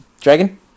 Dragon